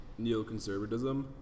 neoconservatism